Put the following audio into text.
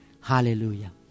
Hallelujah